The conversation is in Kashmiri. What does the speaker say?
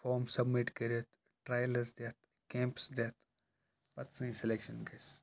فارم سَبمِٹ کٔرِتھ ٹرٛایلٕز دِتھ کیمپٕس دِتھ پَتہٕ سٲنۍ سِلیٚکشَن گژھِ